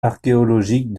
archéologiques